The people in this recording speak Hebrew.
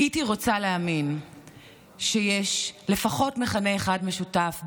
הייתי רוצה להאמין שיש לפחות מכנה אחד משותף בינינו,